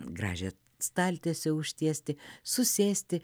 gražią staltiesę užtiesti susėsti